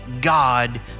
God